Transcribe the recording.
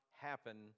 happen